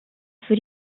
für